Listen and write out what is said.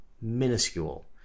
minuscule